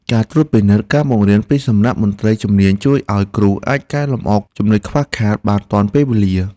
ការត្រួតពិនិត្យការបង្រៀនពីសំណាក់មន្ត្រីជំនាញជួយឱ្យគ្រូអាចកែលម្អចំណុចខ្វះខាតបានទាន់ពេលវេលា។